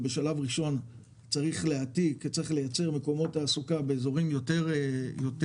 ובשלב הראשון צריך להעתיק ולייצר מקומות תעסוקה באזורים האלה,